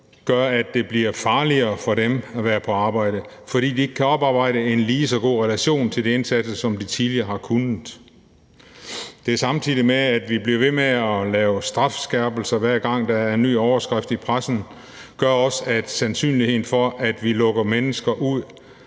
gør, at det bliver farligere for dem at være på arbejde, fordi de ikke kan oparbejde en lige så god relation til de indsatte, som de tidligere har kunnet. Dette, samtidig med at vi bliver ved med at lave strafskærpelser, hver gang der er en ny overskrift i pressen, gør også, at sandsynligheden for, at vi lukker mennesker ud,